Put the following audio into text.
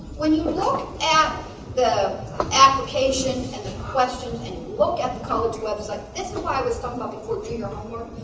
when you look at the application and the question and you look at the college website this is why i was talking about before do your homework.